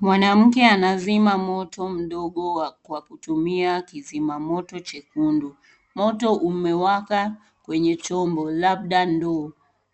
Mwanamke anazima moto mdogo, kwa kutumia kizima moto jekundu. Moto umewaka kwenye chombo labda ndoo,